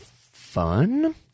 fun